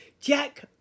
Jack